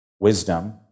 Wisdom